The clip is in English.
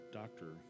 doctor